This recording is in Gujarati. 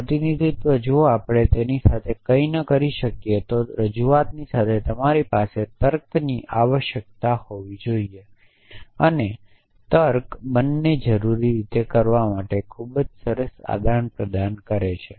પ્રતિનિધિત્વ જો આપણે તેની સાથે કંઇક ન કરી શકીએ તો રજૂઆતની સાથે તમારી પાસે તર્કની આવશ્યકતા હોવી આવશ્યક છે અને તર્ક બંને જરૂરી રીતે કરવા માટે ખૂબ સરસ આદાન પ્રદાન કરે છે